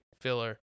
filler